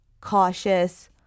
cautious